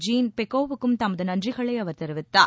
gene பெக்கோவுக்கும் தமது நன்றிகளை அவர் தெரிவித்தார்